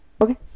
Okay